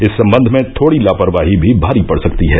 इस सम्बन्ध में थोड़ी लापरवाही भी भारी पड सकती है